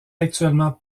actuellement